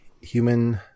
human